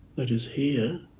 that is here